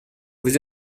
vous